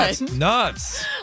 nuts